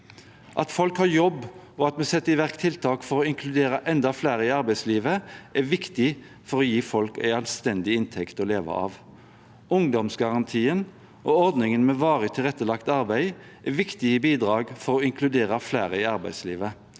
At folk har jobb, og at vi setter i verk tiltak for å inkludere enda flere i arbeidslivet, er viktig for å gi folk en anstendig inntekt å leve av. Ungdomsgarantien og ordningen med varig tilrettelagt arbeid er viktige bidrag for å inkludere flere i arbeidslivet.